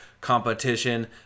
competition